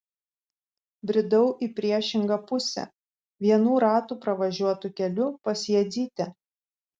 bridau į priešingą pusę vienų ratų pravažiuotu keliu pas jadzytę